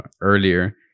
earlier